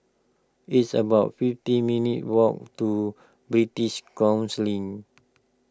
it's about fifty minutes' walk to British